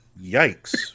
yikes